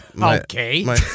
Okay